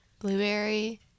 Blueberry